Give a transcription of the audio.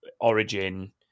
Origin